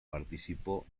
participó